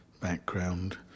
background